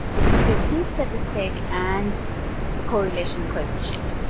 it gives you a t-statistic and the correlation coefficient.